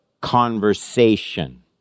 conversation